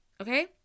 okay